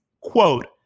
quote